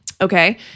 Okay